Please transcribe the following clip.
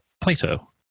Plato